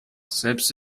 selbst